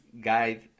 guide